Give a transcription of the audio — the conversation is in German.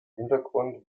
hintergrund